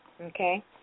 Okay